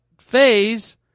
phase